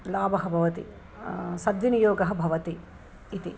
लाभः भवति सद्विनियोगः भवति इति